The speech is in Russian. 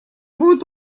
будет